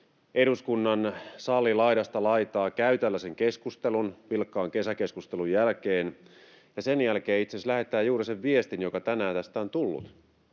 eduskunnan sali laidasta laitaan käy tällaisen keskustelun vilkkaan kesäkeskustelun jälkeen ja sen jälkeen itse asiassa lähettää juuri sen viestin, joka tänään tästä on tullut.